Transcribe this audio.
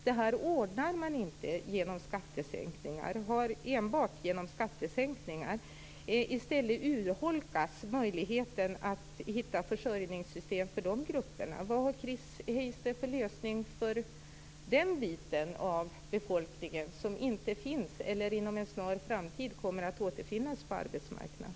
Det här ordnar man inte enbart genom skattesänkningar. I stället urholkas möjligheten att hitta försörjningssystem för de grupperna. Vad har Chris Heister för lösning för den del av befolkningen som inte finns eller som inom en snar framtid kommer att återfinnas på arbetsmarknaden?